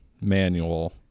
manual